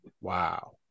Wow